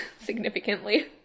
significantly